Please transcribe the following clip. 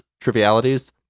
trivialities